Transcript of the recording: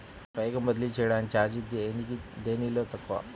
పైకం బదిలీ చెయ్యటానికి చార్జీ దేనిలో తక్కువ?